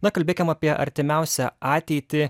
na kalbėkim apie artimiausią ateitį